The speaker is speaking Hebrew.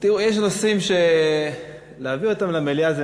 יש נושאים שלהביא אותם למליאה,